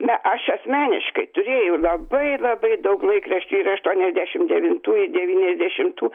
na aš asmeniškai turėjau labai labai daug laikraščių ir aštuoniasdešim devyntų i devyniasdešimtų